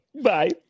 Bye